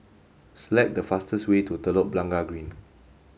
select the fastest way to Telok Blangah Green